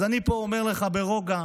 אז אני פה אומר לך ברוגע: